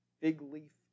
big-leaf